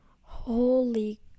holy